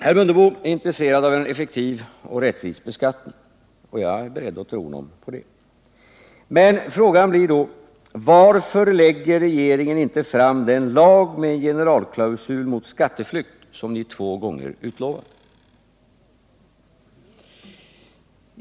Herr Mundebo är intresserad av en effektiv och rättvis beskattning, och jag är beredd att tro honom. Men frågan blir då: Varför lägger regeringen inte fram den lag med en generalklausul mot skatteflykt som ni två gånger utlovat?